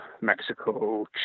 Mexico